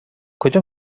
کجا